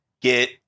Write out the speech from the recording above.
Get